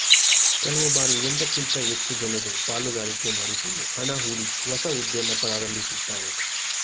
ಕೆಲವು ಬಾರಿ ಒಂದಕ್ಕಿಂತ ಹೆಚ್ಚು ಜನರು ಪಾಲುಗಾರಿಕೆ ಮಾಡಿಕೊಂಡು ಹಣ ಹೂಡಿ ಹೊಸ ಉದ್ಯಮ ಪ್ರಾರಂಭಿಸುತ್ತಾರೆ